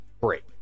break